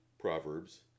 Proverbs